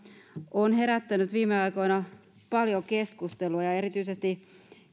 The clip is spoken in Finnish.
on herättänyt viime aikoina paljon keskustelua erityisesti